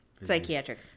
Psychiatric